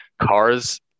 cars